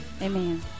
Amen